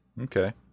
Okay